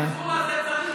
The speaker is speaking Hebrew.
שנייה, אל תפריע לי.